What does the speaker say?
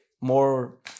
more